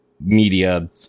media